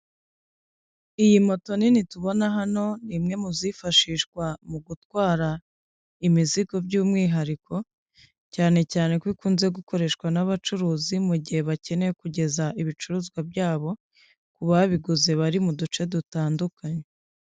Iyi moto nini tubona hano ni imwe mu zifashishwa mu gutwara imizigo by'umwihariko, cyane cyane ko ikunze gukoreshwa n'abacuruzi, mu gihe bakeneye kugeza ibicuruzwa byabo ku babiguze, bari mu duce dutandukanye.